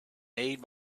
made